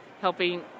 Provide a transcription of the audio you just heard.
helping